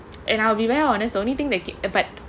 and I'll be very honest that the only thing that but